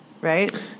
Right